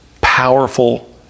powerful